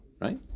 right